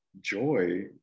joy